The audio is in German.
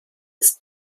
ist